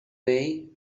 way